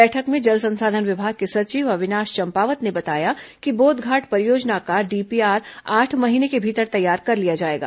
बैठक में जल संसाधन विभाग के सचिव अविनाश चंपावत ने बताया कि बोधघाट परियोजना का डीपीआर आठ महीने के भीतर तैयार कर लिया जाएगा